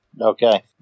Okay